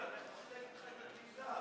חבר הכנסת ביטן,